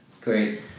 great